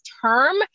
term